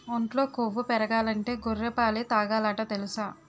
ఒంట్లో కొవ్వు పెరగాలంటే గొర్రె పాలే తాగాలట తెలుసా?